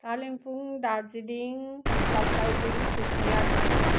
कालिम्पोङ दार्जिलिङ जलपाइगुढी कुचबिहार र मालदा